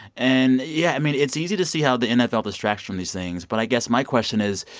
and yeah, i mean, it's easy to see how the nfl distracts from these things. but i guess my question is,